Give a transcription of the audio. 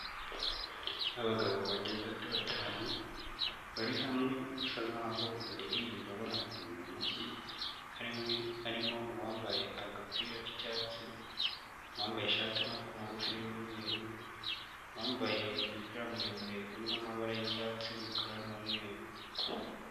Abagabo bageze kuri batanu bari hamwe basa nk'aho baririmba banakoma mu mashyi, harimo uwambaye agapira k'icyatsi, uwambaye ishati y'amaboko magufi y'umweru, uwambaye umupira muremure urimo amabara y'icyatsi, umukara n'umweru.